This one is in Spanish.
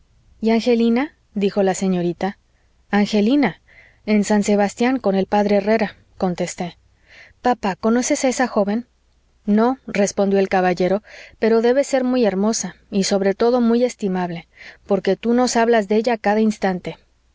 y angelina dijo la señorita angelina en san sebastián con el p herrera contesté papá conoces a esa joven no respondió el caballero pero debe ser muy hermosa y sobre todo muy estimable porque tú nos hablas de ella a cada instante